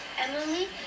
Emily